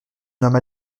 nomme